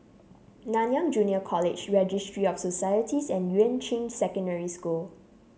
Nanyang Junior College Registry of Societies and Yuan Ching Secondary School